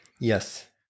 Yes